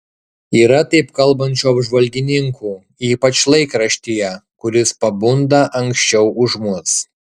yra taip kalbančių apžvalgininkų ypač laikraštyje kuris pabunda anksčiau už mus